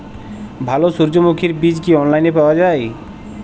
ভালো সূর্যমুখির বীজ কি অনলাইনে পাওয়া যায়?